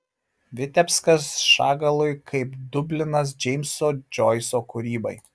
vitebskas šagalui kaip dublinas džeimso džoiso kūrybai